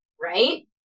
right